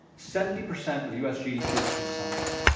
seventy percent of us gdp is consumption.